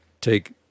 take